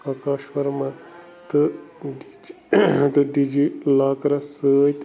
آکاش ورما تہٕ تہٕ DigiLockers سۭتۍ